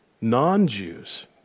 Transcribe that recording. non-Jews